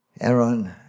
Aaron